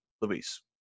Luis